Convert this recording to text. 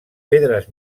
pedres